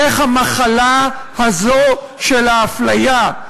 איך המחלה הזאת של האפליה,